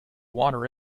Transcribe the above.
water